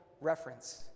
reference